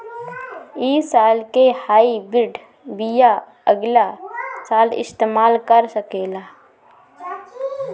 इ साल के हाइब्रिड बीया अगिला साल इस्तेमाल कर सकेला?